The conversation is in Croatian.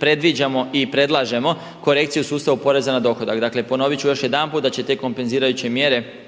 predviđamo i predlažemo korekciju sustava u poreza na dohodak. Dakle ponovit ću još jedanput da će te kompenzirajuće mjere